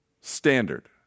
standard